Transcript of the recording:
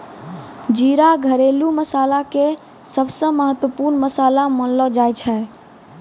जीरा घरेलू मसाला के सबसॅ महत्वपूर्ण मसाला मानलो जाय छै